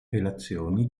relazioni